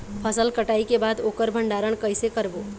फसल कटाई के बाद ओकर भंडारण कइसे करबो?